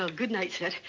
ah good night, sir.